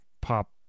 pop